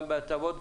גם בהטבות,